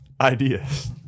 ideas